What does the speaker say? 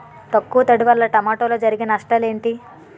తక్కువ తడి వల్ల టమోటాలో జరిగే నష్టాలేంటి?